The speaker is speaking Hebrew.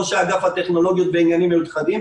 ראש אגף הטכנולוגיות ועניינים מיוחדים,